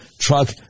truck